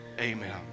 Amen